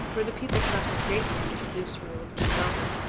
where the people suffered greatly under the loose rule of duke robert.